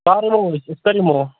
کَر یِمو أسۍ أسۍ کَر یِمو